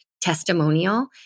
testimonial